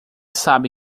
sabe